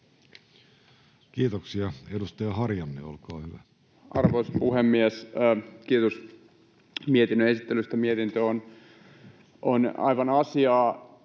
Kiitoksia. — Edustaja Harjanne, olkaa hyvä. Arvoisa puhemies! Kiitos mietinnön esittelystä. Mietintö on aivan asiaa.